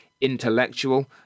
intellectual